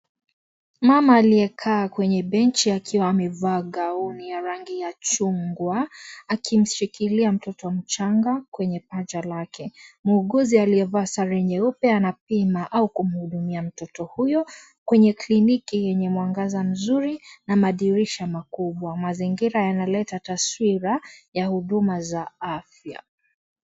Mama aliyekaa kwenye benchi akiwa amevaa gaoni ya rangi ya chungwa akimshikilia mtoto mchanga kwenye paja lake, muuguzi aliyevaa sare nyeupe anapima au kumhudumia mtoto huyu kwenye kliniki yenye mwangaza mzuri na madirisha makubwa mazingira yanaleta taswira ya huduma za afya.